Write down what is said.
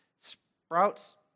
sprouts